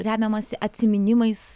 remiamasi atsiminimais